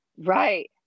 Right